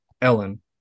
Ellen